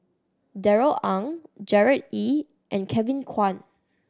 Darrell Ang Gerard Ee and Kevin Kwan